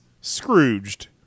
Scrooged